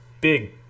big